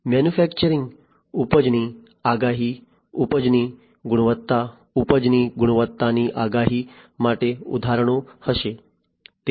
મેન્યુફેક્ચરિંગમાં ઉપજની આગાહી ઉપજની ગુણવત્તા ઉપજની ગુણવત્તાની આગાહી માટે ઉદાહરણો હશે